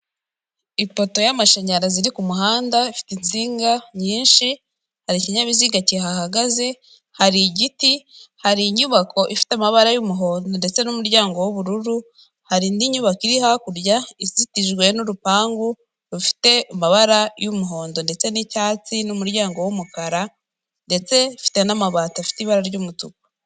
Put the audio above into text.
Ipoto y'amashanyarazi iri kumuhanda ifite insinga nyinshi, Hari ikinyabiziga kihahagaze hari igiti hari inyubako ifite amabara y'umuhondo ndetse n'umuryango w'ubururu, harindi nyubako iri hakurya izitijwe n'urupangu rufite amabara y' yumuhondo ndetse n'icyatsi n'umuryango wumukara ndetse ifite n'amabati afite ibara ry'umutuku.